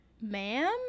ma'am